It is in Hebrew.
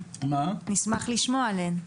נשמח לשמוע עליהם.